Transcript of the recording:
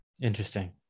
Interesting